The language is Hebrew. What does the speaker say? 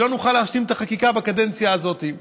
כי לא נוכל להשלים את החקיקה בקדנציה הזאת.